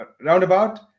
roundabout